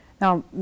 Now